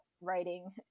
writing